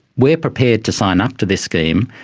we are prepared to sign up to this scheme,